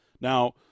Now